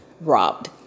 robbed